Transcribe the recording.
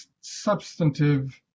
substantive